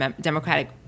democratic